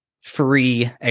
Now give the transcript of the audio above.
free